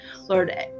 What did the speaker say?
lord